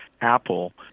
Apple